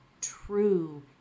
true